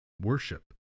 worship